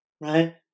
right